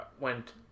went